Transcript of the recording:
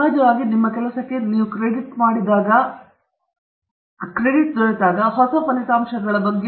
ಸಹಜವಾಗಿ ನಿಮ್ಮ ಕೆಲಸಕ್ಕೆ ನೀವು ಕ್ರೆಡಿಟ್ ಮಾಡಿದಾಗ ನೀವು ಏನು ಮಾಡುತ್ತೀರಿ ಎಂಬುದು ಹೊಸ ಫಲಿತಾಂಶಗಳ ಬಗ್ಗೆ ಜನರಿಗೆ ತಿಳಿಸುತ್ತಿದೆ